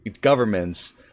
Governments